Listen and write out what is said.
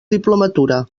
diplomatura